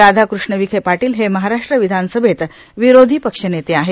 राधाकृष्ण विखे पाटील हे महाराष्ट्र विधानसभेत विरोधी पक्षनेते आहेत